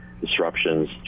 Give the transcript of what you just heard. disruptions